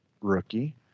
rookie